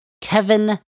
Kevin